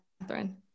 Catherine